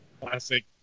Classic